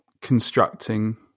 constructing